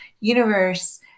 universe